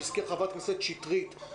שהזכירה חברת הכנסת שטרית,